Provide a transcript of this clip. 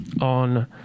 on